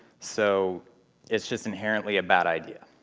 so it's just inherently a bad idea.